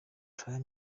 prime